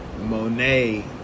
Monet